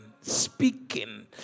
speaking